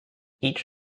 each